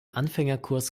anfängerkurs